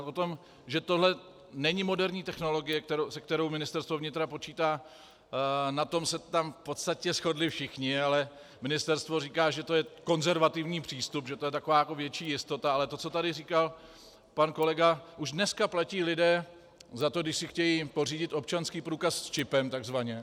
Na tom, že tohle není moderní technologie, s kterou Ministerstvo vnitra počítá, na tom se tam v podstatě shodli všichni, ale ministerstvo říká, že to je konzervativní přístup, že je to taková větší jistota, ale to, co tady říkal pan kolega, už dneska platí lidé za to, když si chtějí pořídit občanský průkaz s čipem takzvaně.